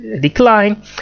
decline